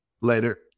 Later